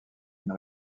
une